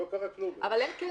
כי לא קרה כלום בעצם.